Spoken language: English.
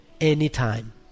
anytime